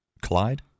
Clyde